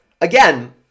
again